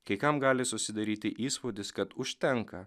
kai kam gali susidaryti įspūdis kad užtenka